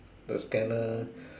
the scanner